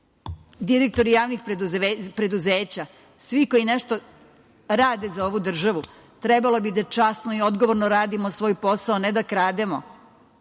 direktori javnih preduzeća, svi koji nešto rade za ovu državu, trebalo bi da časno i odgovorno radimo svoj posao, ne da krademo.